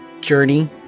journey